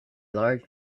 large